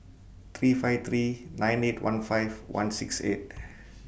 three five three nine eight one five one six eight